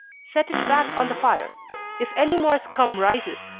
set it back on the fire if any more scum rises,